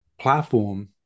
platform